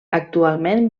actualment